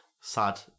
sad